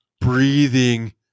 breathing